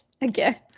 again